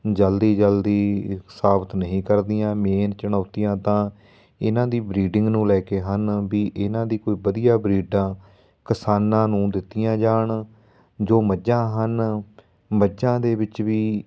ਜਲਦੀ ਜਲਦੀ ਸਾਬਤ ਨਹੀਂ ਕਰਦੀਆਂ ਮੇਨ ਚੁਣੌਤੀਆਂ ਤਾਂ ਇਹਨਾਂ ਦੀ ਬਰੀਡਿੰਗ ਨੂੰ ਲੈ ਕੇ ਹਨ ਵੀ ਇਹਨਾਂ ਦੀ ਕੋਈ ਵਧੀਆ ਬਰੀਡਾਂ ਕਿਸਾਨਾਂ ਨੂੰ ਦਿੱਤੀਆਂ ਜਾਣ ਜੋ ਮੱਝਾਂ ਹਨ ਮੱਝਾਂ ਦੇ ਵਿੱਚ ਵੀ